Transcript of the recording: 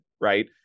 right